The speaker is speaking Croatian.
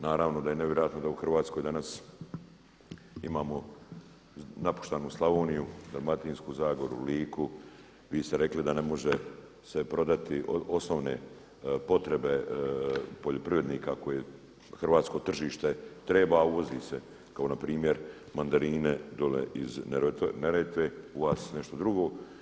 Naravno da je nevjerojatno da u Hrvatskoj danas imamo napuštenu Slavoniju, Dalmatinsku zagoru, Liku, vi ste reli da se ne može prodati osnovne potrebe poljoprivrednika koje hrvatsko tržište treba a uvozi se kao npr. mandarine dolje iz Neretve u vas nešto drugo.